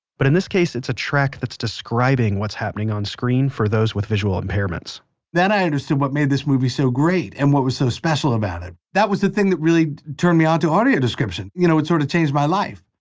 but in this case it's a track describing what's happening on screen for those with visual impairments then i understood what made this movie so great. and what was so special about it. that was the thing that really turned me onto audio description. you know it sort of changed my life.